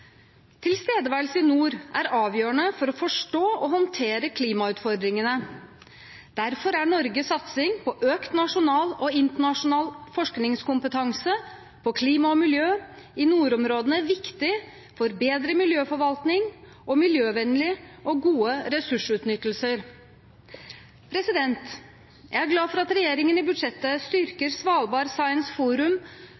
Tilstedeværelse i nord er avgjørende for å forstå og håndtere klimautfordringene. Derfor er Norges satsing på økt nasjonal og internasjonal forskningskompetanse på klima og miljø i nordområdene viktig for bedre miljøforvaltning og miljøvennlig og god ressursutnyttelse. Jeg er glad for at regjeringen i budsjettet